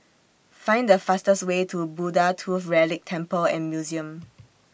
Find The fastest Way to Buddha Tooth Relic Temple and Museum